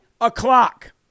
o'clock